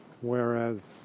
Whereas